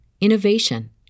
innovation